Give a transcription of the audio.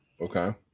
Okay